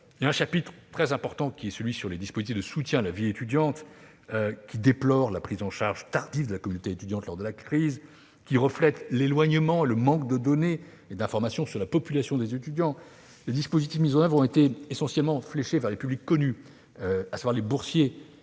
Un chapitre très important sur les dispositifs de soutien à la vie étudiante déplore la prise en charge tardive de la communauté étudiante lors de la crise. Ce retard reflète l'éloignement et le manque de données et d'informations sur la population des étudiants. Les dispositifs retenus ont été essentiellement dirigés vers des publics connus, à savoir les boursiers.